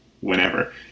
whenever